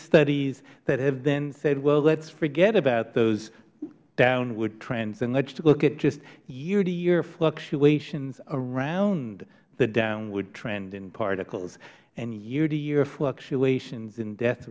studies that have then said well let's forget about those downward trends and let's look at just yeartoyear fluctuations around the downward trend in particles and yeartoyear fluctuations in death